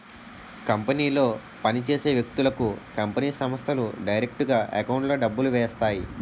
కంపెనీలో పని చేసే వ్యక్తులకు కంపెనీ సంస్థలు డైరెక్టుగా ఎకౌంట్లో డబ్బులు వేస్తాయి